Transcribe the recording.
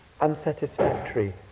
unsatisfactory